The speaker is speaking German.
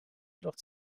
jedoch